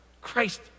Christ